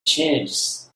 changes